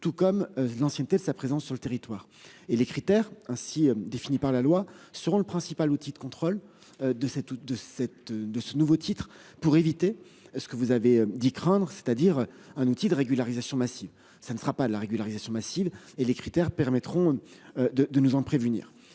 tout comme l'ancienneté de sa présence sur le territoire et les critères ainsi définis par la loi seront le principal outil de contrôle de 7 août de cette, de ce nouveau titre pour éviter ce que vous avez dit craindre, c'est-à-dire un outil de régularisation massive, ça ne fera pas la régularisation massive et les critères permettront. De de nous en prémunir